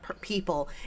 people